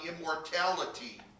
immortality